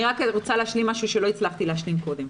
אני רק רוצה להשלים משהו שלא הצלחתי להשלים קודם.